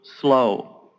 slow